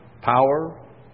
power